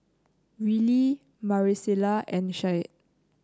Rylee Maricela and Shad